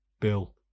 Bill